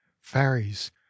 Fairies